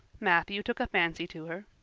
matthew took a fancy to her.